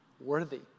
worthy